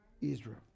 Israel